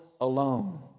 alone